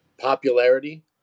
popularity